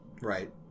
Right